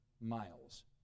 miles